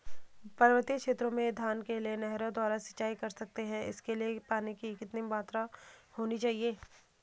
पर्वतीय क्षेत्रों में धान के लिए नहरों द्वारा सिंचाई कर सकते हैं इसके लिए पानी की कितनी मात्रा होनी चाहिए?